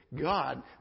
God